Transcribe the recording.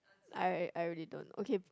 I I really don't okay